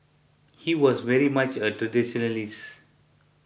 he was very much a traditionalist